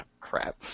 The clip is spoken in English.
Crap